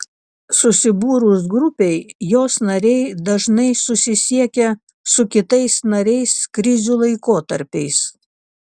susibūrus grupei jos nariai dažnai susisiekia su kitais nariais krizių laikotarpiais